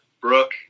Brooke